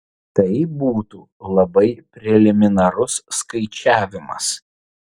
tai būtų labai preliminarus skaičiavimas